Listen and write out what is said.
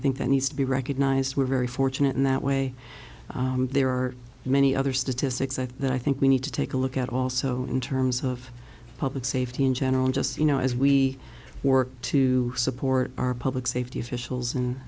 think that needs to be recognized we're very fortunate in that way there are many other statistics i think that i think we need to take a look at also in terms of public safety in general just you know as we work to support our public safety officials and